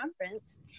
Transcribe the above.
conference